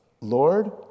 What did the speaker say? Lord